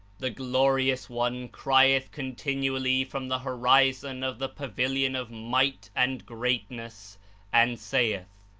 the glori ous one crieth continually from the horizon of the pavilion of might and greatness and saith,